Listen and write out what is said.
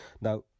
Now